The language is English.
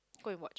go and watch